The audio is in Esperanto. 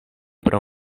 pro